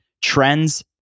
Trends